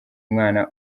umwana